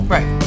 Right